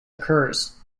occurs